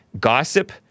gossip